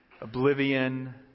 Oblivion